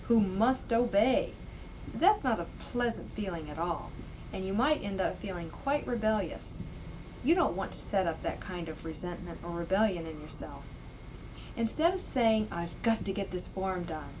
who must obey that's not a pleasant feeling at all and you might end up feeling quite rebellious you don't want to set up that kind of reset the rebellion it yourself instead of saying i got to get this form done